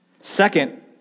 Second